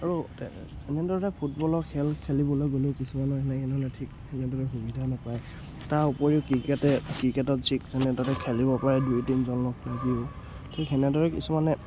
আৰু তে এনেদৰে ফুটবলৰ খেল খেলিবলৈ গ'লেও কিছুমানৰ এনেদৰে ঠিক তেনেদৰে সুবিধা নাপায় তাৰ উপৰিও ক্ৰিকেটে ক্ৰিকেটত ঠিক তেনেদৰে খেলিব পাৰে দুই তিনিজন লগ লাগিও ঠিক তেনেদৰে কিছুমানে